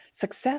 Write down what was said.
Success